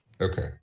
okay